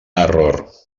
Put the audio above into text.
error